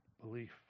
Belief